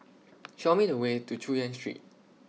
Show Me The Way to Chu Yen Street